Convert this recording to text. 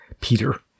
Peter